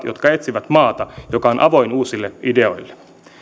jotka etsivät maata joka on avoin uusille ideoille